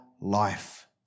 life